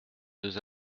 deux